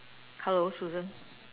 hello Susan